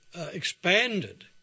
expanded